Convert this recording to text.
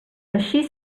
així